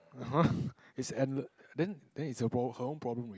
!huh! is endle~ then then is her pro~ her own problem already